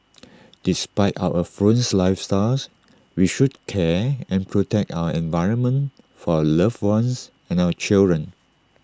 despite our affluent lifestyles we should care and protect our environment for our loved ones and our children